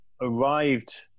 arrived